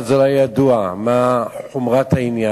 לפני כמה שנים לאף אחד לא היה ידוע מה חומרת העניין.